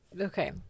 Okay